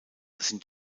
sind